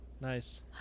Nice